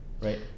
right